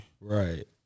Right